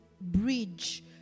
bridge